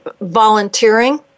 volunteering